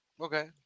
Okay